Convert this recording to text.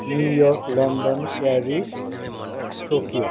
New York London Paris Tokyo